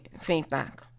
feedback